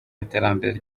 iterambere